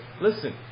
listen